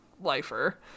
Lifer